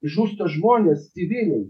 žūsta žmonės civiliai